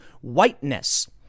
whiteness